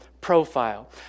profile